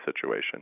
situation